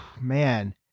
man